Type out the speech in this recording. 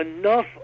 enough